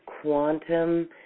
quantum